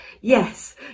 Yes